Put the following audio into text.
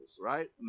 right